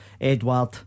Edward